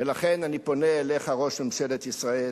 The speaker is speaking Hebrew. ולכן אני פונה אליך, ראש ממשלת ישראל